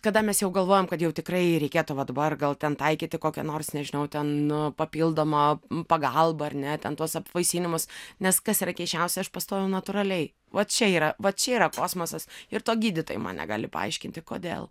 kada mes jau galvojom kad jau tikrai reikėtų va dabar gal ten taikyti kokią nors nežinau ten nu papildomą pagalbą ar ne ten tuos apvaisinimus nes kas yra keisčiausia aš pastojau natūraliai va čia yra va čia yra kosmosas ir to gydytojai man negali paaiškinti kodėl